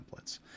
templates